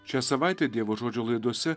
šią savaitę dievo žodžio laidose